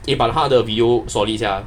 eh but 她的 video solid sia